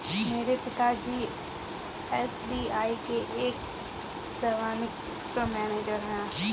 मेरे पिता जी एस.बी.आई के एक सेवानिवृत मैनेजर है